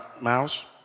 mouse